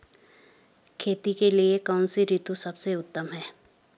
खेती के लिए कौन सी ऋतु सबसे उत्तम है?